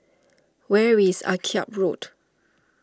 where is Akyab Road